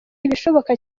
ibishoboka